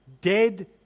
Dead